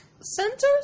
Centers